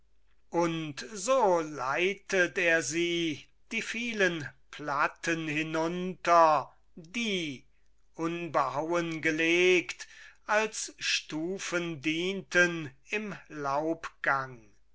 und so leitet er sie die vielen platten hinunter die unbehauen gelegt als stufen dienten im